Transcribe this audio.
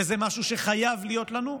זה משהו שחייב להיות לנו תמיד,